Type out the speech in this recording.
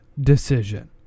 decision